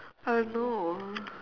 oh no